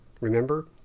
remember